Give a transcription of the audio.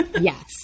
Yes